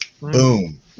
Boom